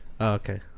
Okay